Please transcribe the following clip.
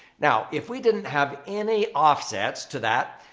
now, if we didn't have any offsets to that,